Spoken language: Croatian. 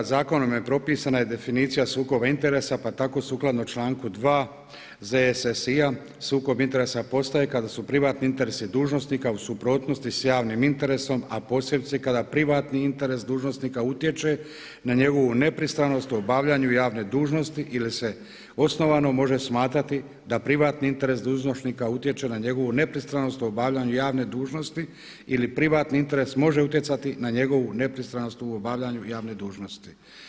Zakonom je propisana i definicija sukoba interesa, pa tako sukladno članku 2. ZSSI-a sukob interesa postaje kada su privatni interesi dužnosnika u suprotnosti sa javnim interesom, a posebice kada privatni interes dužnosnika utječe na njegovu nepristranost u obavljanju javne dužnosti ili se osnovano može smatrati da privatni interes dužnosnika utječe na njegovu nepristranost u obavljanju javne dužnosti ili privatni interes može utjecati na njegovu nepristranost u obavljanju javne dužnosti.